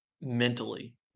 mentally